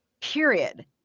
period